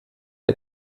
der